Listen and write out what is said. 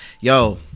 Yo